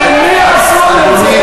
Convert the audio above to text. למי עשו את זה?